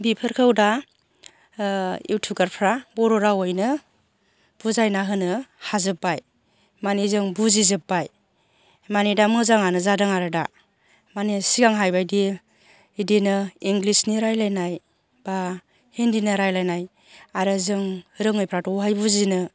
बेफोरखौ दा इउटुबारफ्रा बर' रावैनो बुजायना होनो हाजोब्बाय मानि जों बुजिजोब्बाय माने दा मोजाङानो जादों आरो दा माने सिगांहाय बायदि इदिनो इंलिसनि रायलायनाय बा हिन्दीनि रायलायनाय आरो जों रोङैफ्राथ' अहाय बुजिनो